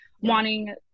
wanting